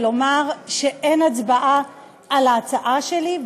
ולומר שאין הצבעה על ההצעה שלי,